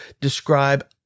describe